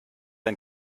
ein